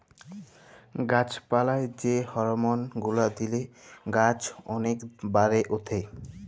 গাছ পালায় যে হরমল গুলা দিলে গাছ ওলেক বাড়ে উঠে